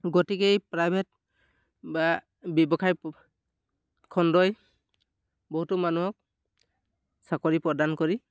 গতিকে এই প্ৰাইভেট বা ব্যৱসায় খণ্ডই বহুতো মানুহক চাকৰি প্ৰদান কৰি